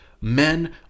Men